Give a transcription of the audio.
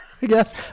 Yes